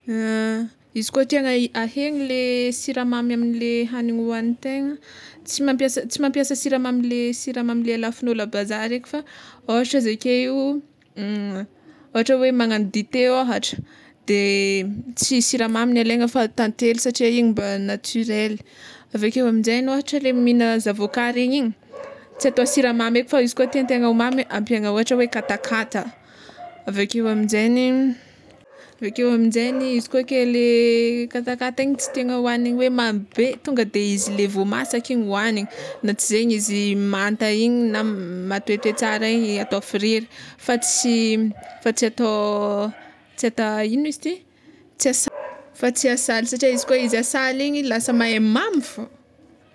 Izy koa tia hagna- ahegny le siramamy amle hagniny hoagnintegna tsy mampiasa tsy mampiasa siramamy le siramamy le alafon'olo a bazary eky fa ôhatra ze ake io ôhatra hoe magnano dite ôhatra de tsy siramamy no alaina fa tantely satria igny mba naturel, avekeo aminjegny ôhatra le mihigna zavôka regny igny tsy atao siramamy eky fa izy koa tiantegna ho mamy de ampiagna ôhatra hoe katakata avekeo aminjegny avekeo aminjegny izy koa ke le katakata igny tsy tiàgnao hoagniny mamy be tonga de izy le vao masaky igny hoagniny, na tsy zegny izy manta igny na matoetoe tsara igny atao friry fa tsy fa tsy atao tsy ata ino izy ty tsy fa tsy asaly satria fa izy koa izy asaly igny lasa mahemamy fô.